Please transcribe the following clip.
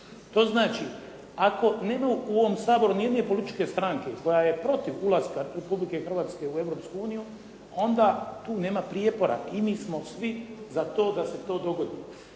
To znači ako nema u ovom Saboru nijedne političke stranke koja je protiv ulaska Republike Hrvatske u Europsku uniju, onda tu nema prijepora. I mi smo svi da se to dogodi.